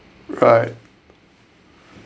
right